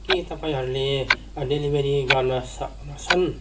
के तपाईँहरूले डेलिभरी गर्न सक्नेछन्